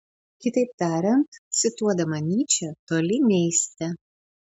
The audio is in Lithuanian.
kitaip tariant cituodama nyčę toli neisite